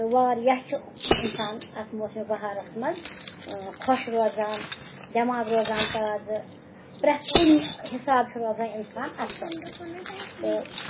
تہٕ واریاہ چھِ اِنسان اَتھ موسمہِ بَہارَس منٛز خۄش روزان دٮ۪ماغ روزان تازٕ پرٛٮ۪تھ کُنہِ حِساب چھُ روزان اِنسان اَصٕل تہٕ